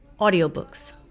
audiobooks